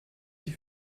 die